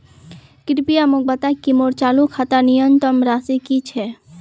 कृपया मोक बता कि मोर चालू खातार न्यूनतम राशि की छे